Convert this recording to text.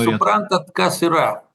suprantat kas yra